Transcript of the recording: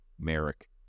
Merrick